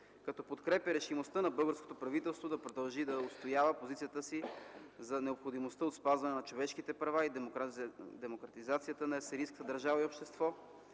като подкрепя решимостта на българското правителство да продължи да отстоява позицията си за необходимостта от спазване на човешките права и демократизацията на сирийската държава и общество;